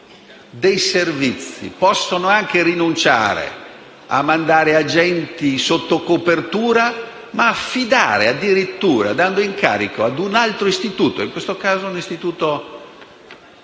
i Servizi possono anche rinunciare a mandare agenti sotto copertura e affidare addirittura un incarico ad un altro istituto, in questo caso un istituto